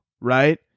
right